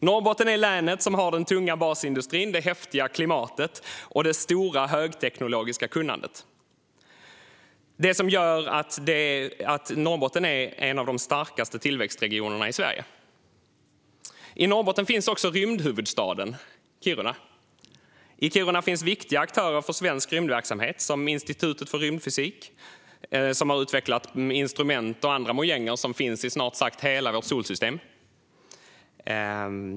Norrbotten är länet som har den tunga basindustrin, det häftiga klimatet och det stora högteknologiska kunnandet som gör att Norrbotten är en av de starkaste tillväxtregionerna i Sverige. I Norrbotten finns också rymdhuvudstaden - Kiruna. I Kiruna finns viktiga aktörer för svensk rymdverksamhet, som Institutet för rymdfysik, som har utvecklat instrument och andra mojänger som finns i snart sagt hela vårt solsystem.